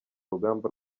rugamba